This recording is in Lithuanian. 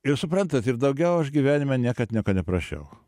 jūs suprantat ir daugiau aš gyvenime niekad nieko neprašiau